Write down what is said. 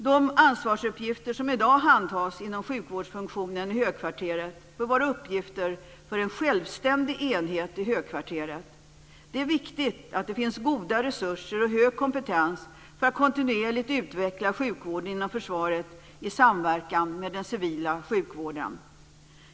De ansvarsuppgifter som i dag handhas inom sjukvårdsfunktionen i högkvarteret bör vara uppgifter för en självständig enhet i högkvarteret. Det är viktigt att det finns goda resurser och hög kompetens för att kontinuerligt utveckla sjukvården inom försvaret i samverkan med den civila sjukvården.